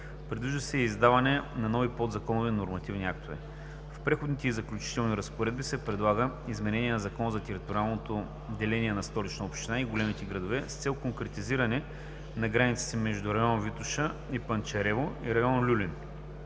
Предвижда се и издаването на нови подзаконови нормативни актове. В Преходните и заключителни разпоредби се предлага изменение в Закона за териториалното деление на Столичната община и големите градове с цел конкретизиране на границите между район „Витоша“ и „Панчарево“ и район „Люлин“,